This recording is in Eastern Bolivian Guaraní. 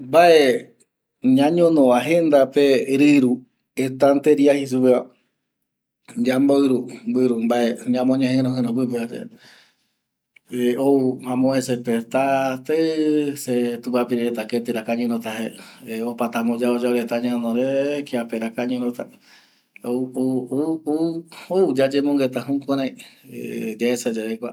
Mbae ñañono jendape rɨru estanteria jei supeva yamboɨru mbae ñamoñejɨru jɨru mbae pɨpeva yae ou amovecepe tateɨ se tupapire reta ketɨrako añonota jae opata amboyao yao reta añonoree kiape rako añonota ou ou yayemongueta jukurai yaesa yave kua